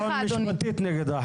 זה כול כך קל לפעול משפטית נגד ההחלטה.